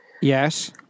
yes